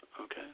Okay